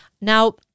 Now